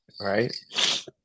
right